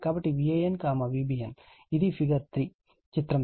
కాబట్టి Van Vbn ఇది figure 3